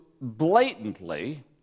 blatantly